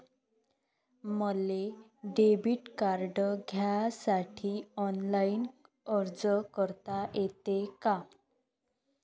मले debit card घ्यासाठी online अर्ज करता येते का?